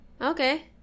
okay